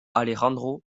alejandro